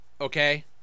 Okay